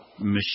machine